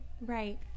right